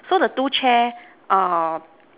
so the two chair err